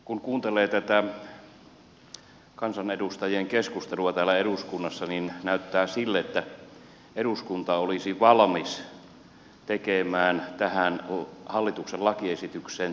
kun kuuntelee tätä kansanedustajien keskustelua täällä eduskunnassa niin näyttää sille että eduskunta olisi valmis tekemään tähän hallituksen lakiesitykseen tiukennuksia